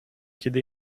kiedy